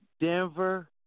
Denver